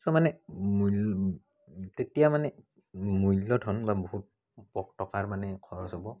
চ' মানে মূল তেতিয়া মানে মূল্যধন বা বহুত টকাৰ মানে খৰচ হ'ব